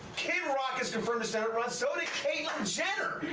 kidd rock has confirmed a senate run, so did caitlyn jenner.